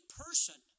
person